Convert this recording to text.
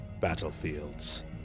battlefields